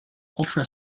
ultra